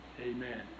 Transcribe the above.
Amen